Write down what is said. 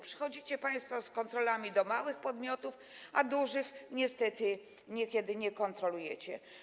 Przychodzicie państwo z kontrolami do małych podmiotów, a dużych niestety niekiedy nie kontrolujecie.